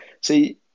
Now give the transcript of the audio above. see